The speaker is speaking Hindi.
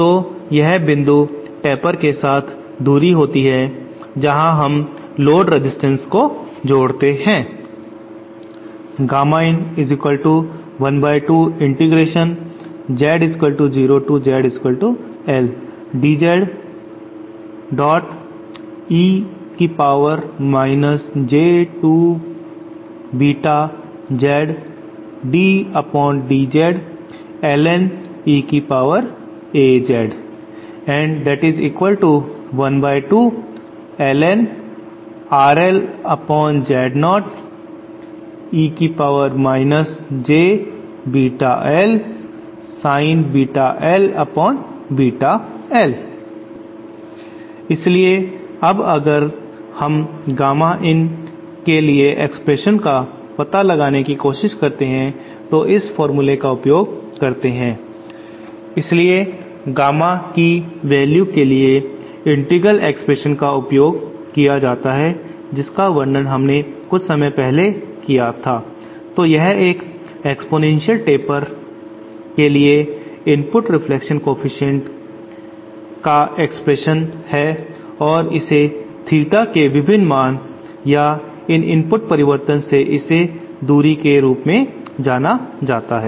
तो यह बिंदु टेपर के साथ वह दूरी होती है जहां हम लोड रजिस्टेंस को जोड़ते हैं इसलिए अब अगर हम गामा in के लिए एक्सप्रेशन का पता लगाने की कोशिश करते हैं तो इस फार्मूले का उपयोग करते हैं इसलिए गामा की वैल्यू के लिए इंटीग्रल एक्सप्रेशन का उपयोग किया जाता है जिसका वर्णन हमने कुछ समय पहले किया था तो यह एक एक्स्पोनेंशियल टेपर के एक इनपुट रिफ्लेक्शन कॉएफिशिएंट के लिए एक्सप्रेशन है और इसे थीटा के विभिन्न मान या यह इनपुट परिवर्तन से इस दूरी के रूप में जाना चाहता है